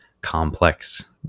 complex